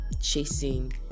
chasing